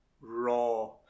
raw